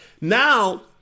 Now